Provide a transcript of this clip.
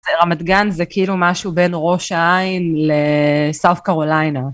זה רמת גן, זה כאילו משהו בין ראש העין לסאות' קרוליינה.